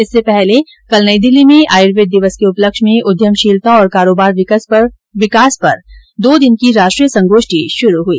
इससे पहले कल नई दिल्ली में आयुर्वेद दिवस के उपलक्ष्य में उद्यमशीलता और कारोबार विकास पर दो दिन की राष्ट्रीय संगोष्ठी का शुरू हई